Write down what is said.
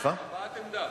הבעת עמדה.